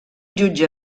jutge